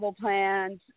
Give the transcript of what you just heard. plans